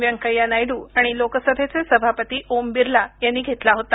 व्यंकय्या नायडू आणि लोकसभेचे सभापती ओम बिर्ला यांनी घेतला होता